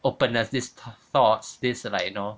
openness this thoughts this like you know